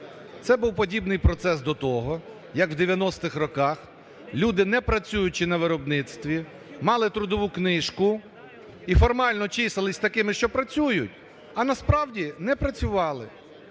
Це був подібний процес до того, як в 90-х роках люди, не працюючи на виробництві, мали трудову книжку і формально числилися такими, що працюють, а насправді не працювали.